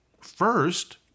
first